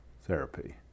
therapy